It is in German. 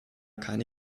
keine